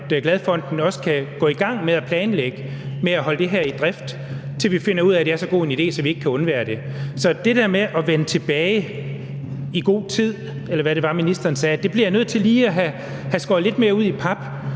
at Glad Fonden kan gå i gang med at planlægge at holde det her i drift, til vi finder ud af, at det er så god en idé, at vi ikke kan undvære det. Så det der med at vende tilbage i god tid, eller hvad det var ministeren sagde, bliver jeg nødt til lige at have skåret lidt mere ud i pap.